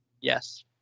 Yes